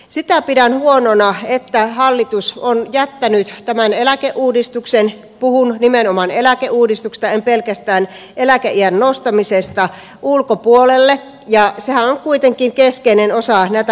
sitä pidän huonona että hallitus on jättänyt tämän eläkeuudistuksen puhun nimenomaan eläkeuudistuksesta en pelkästään eläkeiän nostamisesta ulkopuolelle ja sehän on kuitenkin keskeinen osa näitä rakenneratkaisuja